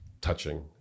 touching